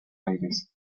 aires